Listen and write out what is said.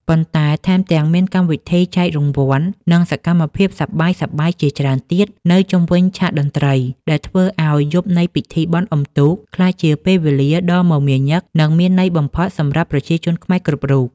ប៉ុន្តែថែមទាំងមានកម្មវិធីចែករង្វាន់ និងសកម្មភាពសប្បាយៗជាច្រើនទៀតនៅជុំវិញឆាកតន្ត្រី ដែលធ្វើឱ្យយប់នៃពិធីបុណ្យអុំទូកក្លាយជាពេលវេលាដ៏មមាញឹក និងមានន័យបំផុតសម្រាប់ប្រជាជនខ្មែរគ្រប់រូប។